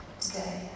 today